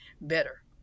better